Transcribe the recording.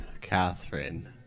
Catherine